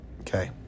okay